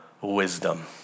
wisdom